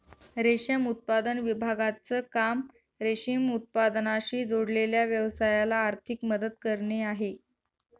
रेशम उत्पादन विभागाचं काम रेशीम उत्पादनाशी जोडलेल्या व्यवसायाला आर्थिक मदत करणे आहे